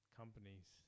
companies